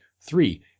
Three